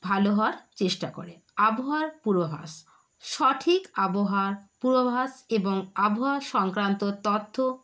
ভালো হওয়ার চেষ্টা করে আবহাওয়ার পূর্বাভাস সঠিক আবহাওয়ার পূর্বাভাস এবং আবহাওয়া সংক্রান্ত তথ্য